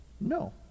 no